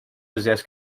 possess